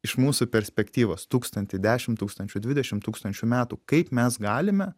iš mūsų perspektyvos tūkstantį dešimt tūkstančių dvidešimt tūkstančių metų kaip mes galime